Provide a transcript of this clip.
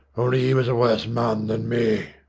on'y e was a worse man than me!